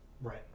Right